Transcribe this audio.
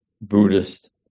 Buddhist